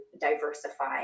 diversify